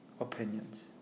opinions